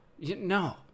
No